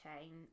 chain